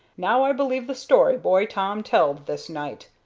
now i believe the story boy tom telled this night.